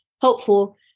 helpful